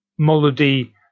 Molody